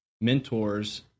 mentors